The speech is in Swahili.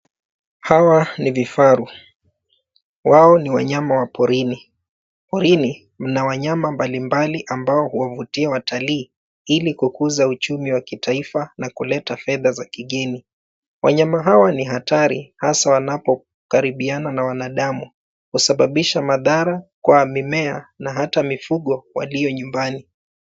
Hawa ni vifaru, wao ni wanyama wa porini. Porini, mna wanyama mbalimbali ambao huwavutia watalii ili kukuza uchumi wa kitaifa na kuleta fedha za kigeni. Wanyama hawa ni hatari hasa wanapokaribiana na wanadamu. Husababisha madhara kwa mimea na hata mifugo walio nyumbani.